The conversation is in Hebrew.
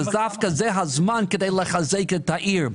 וזה דווקא הזמן לחזק את העיר.